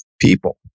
people